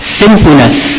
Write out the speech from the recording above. sinfulness